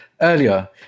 earlier